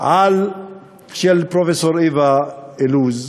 של פרופסור אווה אילוז,